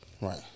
right